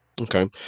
Okay